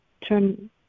turn